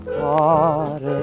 heart